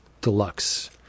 Deluxe